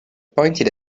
pointed